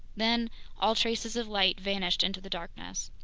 then all traces of light vanished into the darkness.